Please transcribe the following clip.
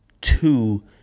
two